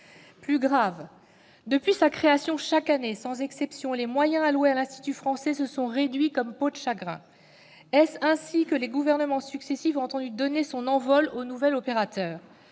Plus grave, depuis sa création, chaque année sans exception, les moyens alloués à l'Institut français se sont réduits comme peau de chagrin. Est-ce ainsi que les gouvernements successifs ont entendu donner son envol au nouvel opérateur ?